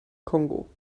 kongo